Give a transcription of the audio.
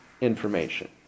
information